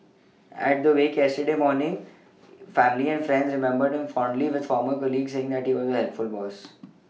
at the wake yesterday morning family and friends remembered him fondly with former colleagues saying he was a helpful boss